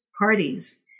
parties